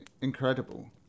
Incredible